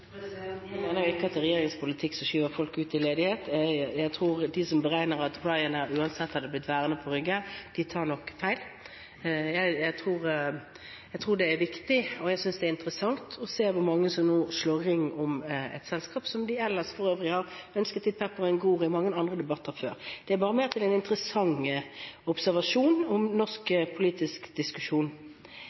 ledighet. Jeg tror de som beregner at Ryanair uansett hadde blitt værende på Rygge, tar feil. Jeg tror det er viktig, og jeg synes det er interessant å se hvor mange som nå slår ring om et selskap som de ellers har ønsket dit pepperen gror i mange debatter før. Det var til den interessante observasjonen av norsk politisk diskusjon. Det er slik at når vi øker arbeidsmarkedstiltakene, kommer det også mer penger til